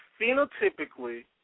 phenotypically